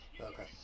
okay